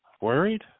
worried